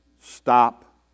stop